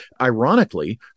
ironically